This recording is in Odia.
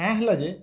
କାଁ ହେଲା ଯେ